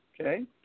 okay